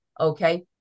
Okay